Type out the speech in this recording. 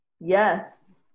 Yes